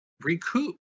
recoup